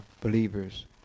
believers